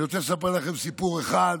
אני רוצה לספר לכם סיפור אחד